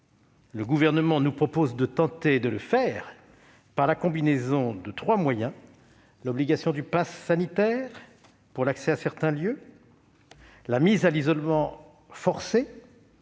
Le Gouvernement nous propose de tenter de le faire par la combinaison de trois moyens : l'obligation du passe sanitaire pour l'accès à certains lieux, la mise à l'isolement forcé